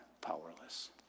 powerless